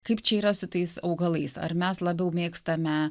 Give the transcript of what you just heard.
kaip čia yra su tais augalais ar mes labiau mėgstame